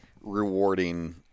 rewarding